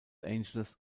angeles